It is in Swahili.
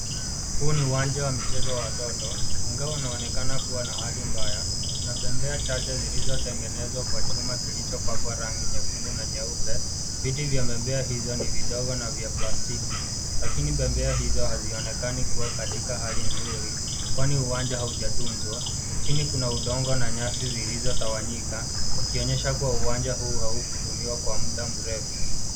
Huu ni uwanja wa michezo wa watoto, ingawa unaonekana kuwa na hali mbaya. Kuna bembea chache zilizotengenezwa kwa chuma kilichopakwa rangi nyekundu na nyeupe. Viti vya bembea hizo ni vidogo na vya plastiki. Lakini bembea hizo hazionekani kuwe katika hali nzuri, kwani uwanja haujatunzwa. Chini kuna udongo na nyasi zilizotawanyika ikionyesha kuwa uwanja huu haukutumiwa kwa muda mrefu.